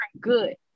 good